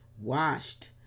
washed